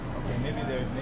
maybe they're